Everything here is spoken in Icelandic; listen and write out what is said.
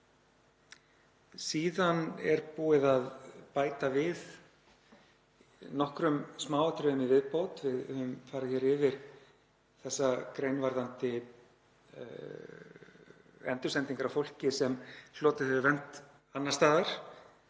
Síðan er búið að bæta við nokkrum smáatriðum í viðbót, við höfum farið yfir þessar greinar varðandi endursendingar á fólki sem hlotið hefur vernd annars staðar